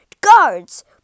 Guards